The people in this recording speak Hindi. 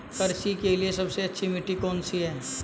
कृषि के लिए सबसे अच्छी मिट्टी कौन सी है?